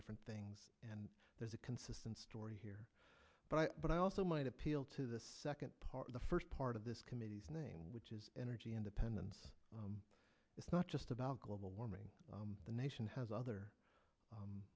different things and there's a consistent story here but i but i also might appeal to the second part of the first part of this committee's name which is energy independence it's not just about global warming the nation has other